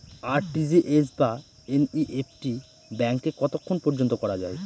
RTGS বা NEFT ব্যাংকে কতক্ষণ পর্যন্ত করা যায়?